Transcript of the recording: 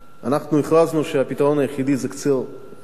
אנחנו הכרזנו שהפתרון היחיד זה קציר מלח